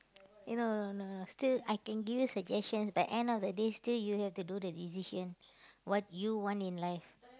eh no no no no no still I can give you suggestion but end of the day still you have to do the decision what you want in life